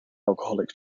alcoholic